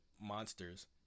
monsters